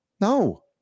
No